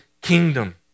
kingdom